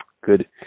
good